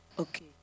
Okay